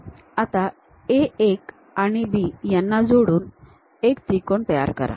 आता A 1 आणि B यांना जोडून एक त्रिकोण तयार करा